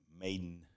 maiden